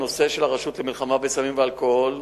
הנושא של הרשות למלחמה בסמים ואלכוהול,